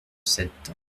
sept